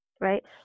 right